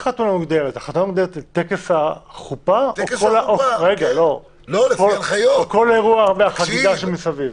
חתונה מוגדרת טקס החופה או כל האירוע והחגיגה שמסביב?